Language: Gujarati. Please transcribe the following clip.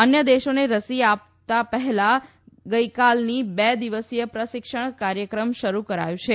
અન્ય દેશોને રસી આપતા પહેલા ગઇકાલની બે દિવસીય પ્રશિક્ષણ કાર્યક્રમ શરૂ કરાયું છે